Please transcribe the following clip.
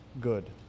good